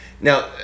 now